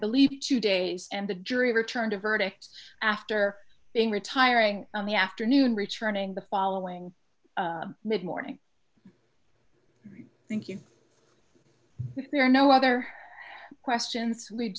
believe two days and the jury returned a verdict after being retiring on the afternoon returning the following mid morning thank you there are no other questions we